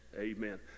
Amen